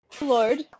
Lord